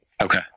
Okay